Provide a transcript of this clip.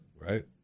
right